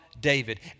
David